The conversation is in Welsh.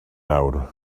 nawr